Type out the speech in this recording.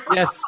Yes